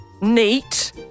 neat